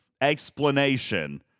explanation